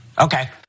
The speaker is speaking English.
Okay